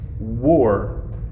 war